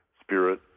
spirit